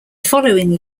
following